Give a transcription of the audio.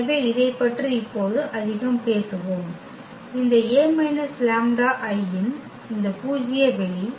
எனவே இதைப் பற்றி இப்போது அதிகம் பேசுவோம் இந்த A λI இன் இந்த பூஜ்ய வெளி